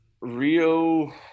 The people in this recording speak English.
rio